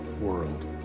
world